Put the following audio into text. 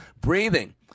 Breathing